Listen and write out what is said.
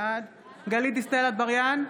בעד גלית דיסטל אטבריאן,